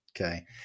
Okay